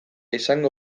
izango